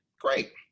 great